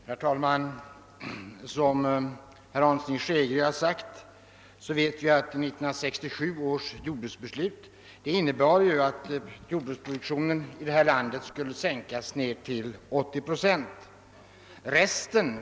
Herr talman! 1967 års jordbruksbeslut innebar, som vi alla vet, att jordbruksproduktionen här i landet skall sänkas till 80 procent.